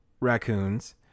raccoons